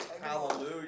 hallelujah